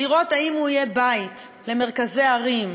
לראות האם הוא יהיה בית למרכזי ערים,